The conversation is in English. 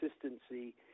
consistency